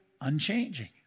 unchanging